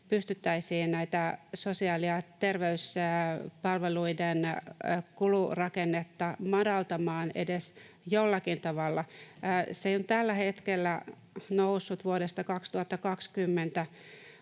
pystyttäisiin sosiaali‑ ja terveyspalveluiden kulurakennetta madaltamaan edes jollakin tavalla. Se on tällä hetkellä noussut vuodesta 2020